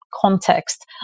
context